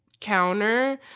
counter